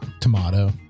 Tomato